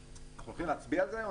אנחנו הולכים להצביע על זה?